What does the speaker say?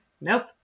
Nope